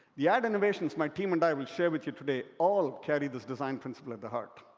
the ad innovations my team and i will share with you today all carry this design principle at the heart.